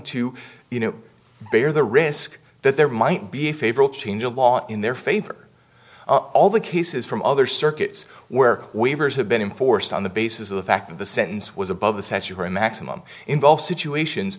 to you know bear the risk that there might be a favorite change a law in their favor all the cases from other circuits where waivers have been in force on the basis of the fact that the sentence was above the century maximum involve situations